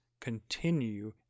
continue